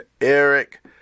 Eric